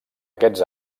aquests